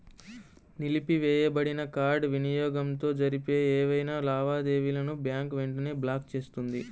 నిలిపివేయబడిన కార్డ్ వినియోగంతో జరిగే ఏవైనా లావాదేవీలను బ్యాంక్ వెంటనే బ్లాక్ చేస్తుంది